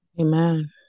Amen